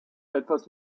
etwas